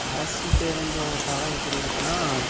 அரசு பேருந்தோடய தரம் எப்படி இருக்குனால்